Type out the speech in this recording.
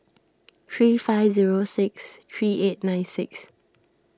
three five zero six three eight nine six